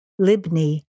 Libni